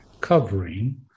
covering